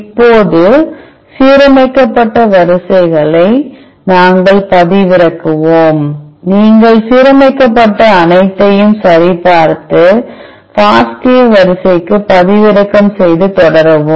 இப்போது சீரமைக்கப்பட்ட வரிசைகளை நாங்கள் பதிவிறக்குவோம் நீங்கள் சீரமைக்கப்பட்ட அனைத்தையும் சரிபார்த்து FASTAவரிசைக்கு பதிவிறக்கம் செய்து தொடரவும்